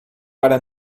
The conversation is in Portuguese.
para